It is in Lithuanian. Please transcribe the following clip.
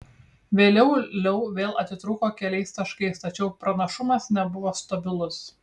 vėliau leu vėl atitrūko keliais taškais tačiau pranašumas nebuvo stabilus